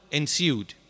ensued